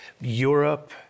Europe